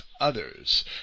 others